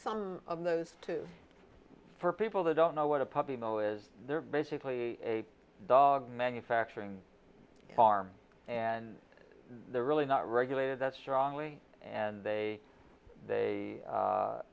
some of those too for people that don't know what a puppy mill is they're basically a dog manufacturing farm and they're really not regulated that strongly and they they